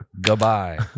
Goodbye